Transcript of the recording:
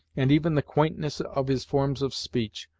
and even the quaintness of his forms of speech,